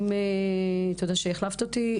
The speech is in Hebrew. תודה שהחלפת אותי.